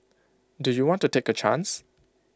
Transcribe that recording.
do you want to take A chance